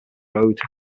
road